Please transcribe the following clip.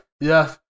Yes